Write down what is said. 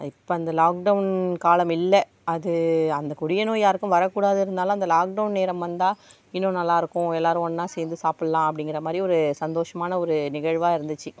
இப்போ அந்த lockdown காலம் இல்லை அது அந்த கொடிய நோய் யாருக்கும் வரக்கூடாதாக இருந்தாலும் அந்த லாக் டவுன் நேரம் வந்தால் இன்னும் நல்லா இருக்கும் எல்லாேரும் ஒன்றா சேர்ந்து சாப்பிடலாம் அப்படிங்குற மாதிரி ஒரு சந்தோஷமான ஒரு நிகழ்வாக இருந்துச்சு